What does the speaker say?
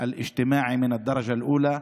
ההצעה הזאת, והיא כמובן בהסכמת הממשלה,